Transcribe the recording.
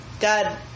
God